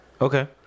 Okay